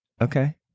okay